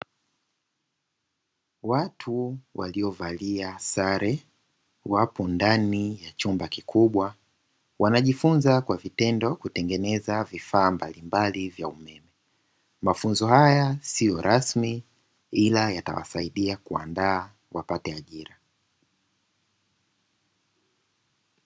Watu waliovalia sare wapo ndani ya chumba kikubwa wanajifunza kwa vitendo kutengeneza vifaa mbalimbali vya umeme, mafunzo haya sio rasmi ila yatawasaidia kuandaa wapate ajira.